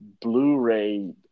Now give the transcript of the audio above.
Blu-ray